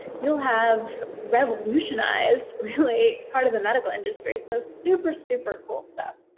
you'll have revolutionized, really, part of the medical industry. so super, super cool stuff,